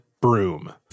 broom